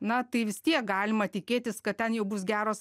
na tai vis tiek galima tikėtis kad ten jau bus geros